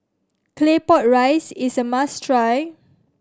Claypot Rice is a must try